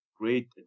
great